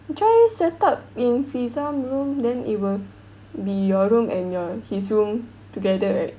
try setup in Firzam room then it will be your room and your his room together right